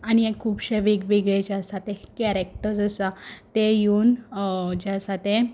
आनी एक खुबशे वेगवेगळे जे आसा तें कॅरेक्टर्स आसा ते येवन जे आसा ते